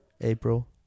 April